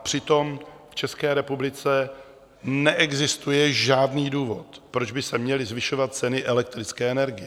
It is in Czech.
Přitom v České republice neexistuje žádný důvod, proč by se měly zvyšovat ceny elektrické energie.